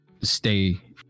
stay